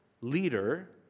leader